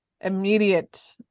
immediate